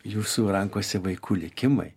jūsų rankose vaikų likimai